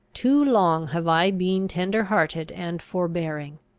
too long have i been tender-hearted and forbearing!